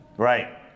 Right